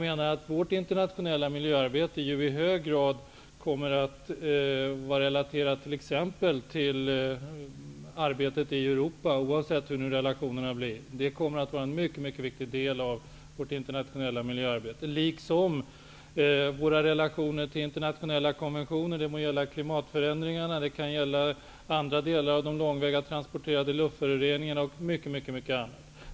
Det internationella miljöarbetet kommer i hög grad att vara relaterat till exempelvis arbetet i Europa, oavsett hur relationerna blir. Detta, liksom våra relationer till internationella konventioner, kommer att vara en mycket viktig del av vårt internationella miljöarbete. Det må gälla klimatförändringarna eller andra delar av de långväga transporterade luftföroreningarna och mycket, mycket annat.